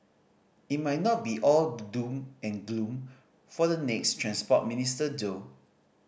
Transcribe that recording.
it might not be all doom and gloom for the next Transport Minister though